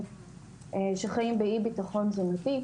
שחיים באי-ביטחון תזונתי,